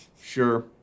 Sure